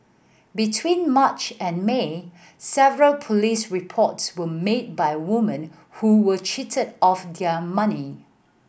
between March and May several police reports were made by woman who were cheated of their money